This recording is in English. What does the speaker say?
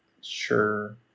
sure